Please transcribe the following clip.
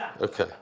okay